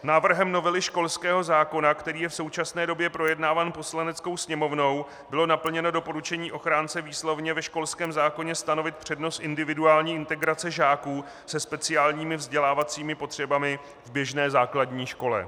Návrhem novely školského zákona, který je v současné době projednáván Poslaneckou sněmovnou, bylo naplněno doporučení ochránce výslovně ve školském zákoně stanovit přednost individuální integrace žáků se speciálními vzdělávacími potřebami v běžné základní škole.